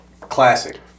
classic